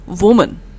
woman